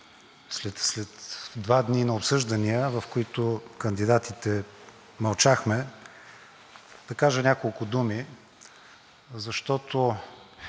След два дни на обсъждания, в които кандидатите мълчахме, да кажа няколко думи.